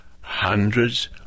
hundreds